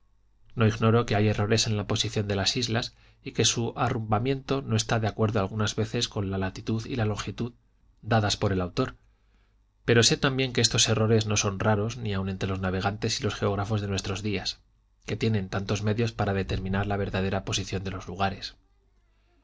no ignoro que hay errores en la posición de las islas y que su arrumbamiento no está de acuerdo algunas veces con la latitud y la longitud dadas por el autor pero sé también que estos errores no son raros ni aun entre los navegantes y los geógfrafos de nuestros días que tienen tantos medios para determinar la verdadera posición de los lugares